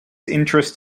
interest